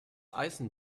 eisen